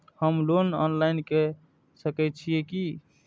हमू loan online के सके छीये की?